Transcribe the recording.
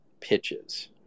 pitches